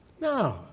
No